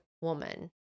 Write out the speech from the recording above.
woman